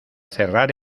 cerrar